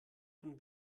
von